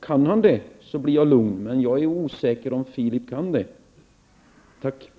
Kan han det blir jag lugn, men jag är osäker på att Filip Fridolfsson kan det.